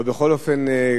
אבל ברוך השם,